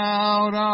out